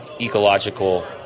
ecological